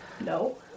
no